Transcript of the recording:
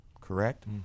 correct